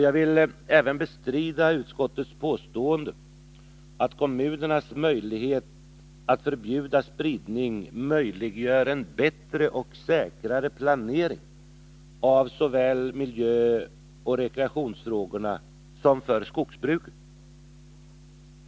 Jag vill även bestrida utskottets påstående att kommunernas möjlighet att förbjuda spridning ger en bättre och säkrare planering beträffande såväl miljöoch rekreationsfrågorna som skogsbruket.